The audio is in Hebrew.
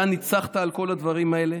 אתה ניצחת על כל הדברים האלה,